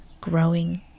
growing